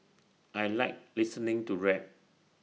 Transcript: I Like listening to rap